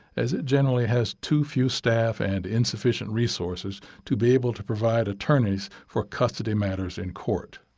as it generally has too few staff and insufficient resources to be able to provide attorneys for custody matters in court.